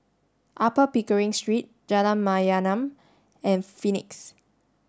Upper Pickering Street Jalan Mayaanam and Phoenix